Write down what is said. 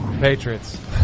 Patriots